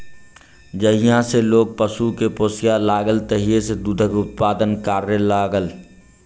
जहिया सॅ लोक पशु के पोसय लागल तहिये सॅ दूधक उत्पादन करय लागल